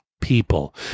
people